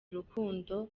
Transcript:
urukundo